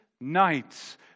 nights